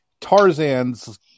Tarzan's